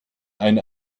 ein